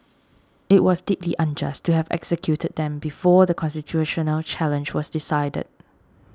it was deeply unjust to have executed them before the constitutional challenge was decided